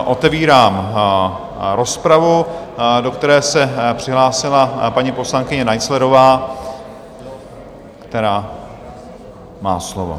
Otevírám rozpravu, do které se přihlásila paní poslankyně Naiclerová, která má slovo.